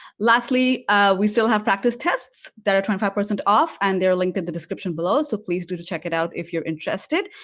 lastly we still have practice tests that are twenty five percent off and they're linked in the description below so please do to check it out if you're interested